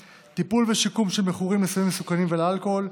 2. טיפול ושיקום של מכורים לסמים מסוכנים ולאלכוהול,